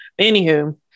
Anywho